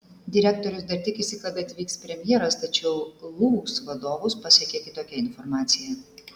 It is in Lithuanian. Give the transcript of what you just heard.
direktorius dar tikisi kad atvyks premjeras tačiau lūs vadovus pasiekė kitokia informacija